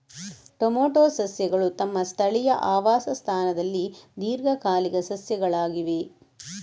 tomato ಸಸ್ಯಗಳು ತಮ್ಮ ಸ್ಥಳೀಯ ಆವಾಸ ಸ್ಥಾನದಲ್ಲಿ ದೀರ್ಘಕಾಲಿಕ ಸಸ್ಯಗಳಾಗಿವೆ